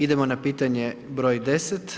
Idemo na pitanje broj 10.